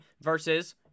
versus